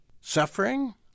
suffering